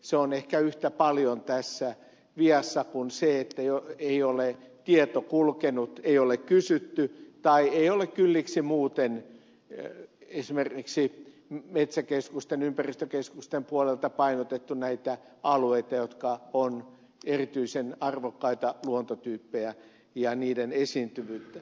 se on ehkä yhtä paljon tässä vialla kuin se että ei ole tieto kulkenut ei ole kysytty tai ei ole kylliksi muuten esimerkiksi metsäkeskusten ympäristökeskusten puolelta painotettu näitä alueita jotka ovat erityisen arvokkaita luontotyyppejä ja niiden esiintyvyyttä